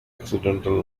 accidental